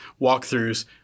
walkthroughs